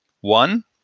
one